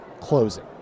closing